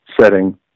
setting